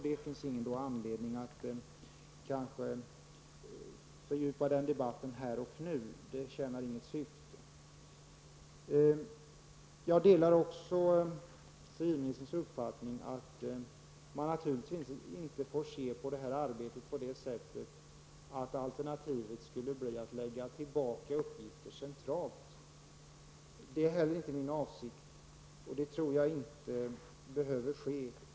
Det finns ingen anledning att fördjupa sig i den debatten här och nu, för det tjänar inget syfte. Jag delar civilministerns uppfattning att man naturligtvis inte får se på det här arbetet så, att alternativet skulle vara att centralisera uppgifter. Det är inte min avsikt, och jag tror inte heller det behöver ske.